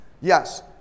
Yes